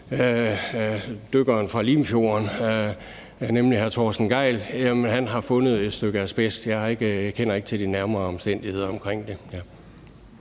dykkeren fra Limfjorden, nemlig hr. Torsten Gejl, har fundet et stykke asbest. Jeg kender ikke til de nærmere omstændigheder omkring det.